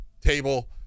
table